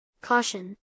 Caution